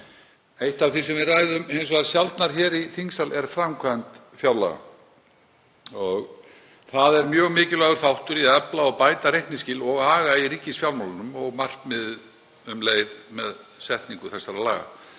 Eitt af því sem við ræðum hins vegar sjaldnar hér í þingsal er framkvæmd fjárlaga. Það er mjög mikilvægur þáttur í að efla og bæta reikningsskil og aga í ríkisfjármálunum og markmiðið um leið með setningu þessara laga.